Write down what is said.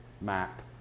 map